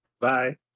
Bye